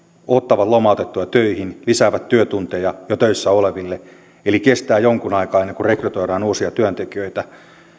ottavat lomautettuja töihin lisäävät työtunteja jo töissä oleville eli kestää jonkin aikaa ennen kuin rekrytoidaan uusia työntekijöitä